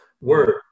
word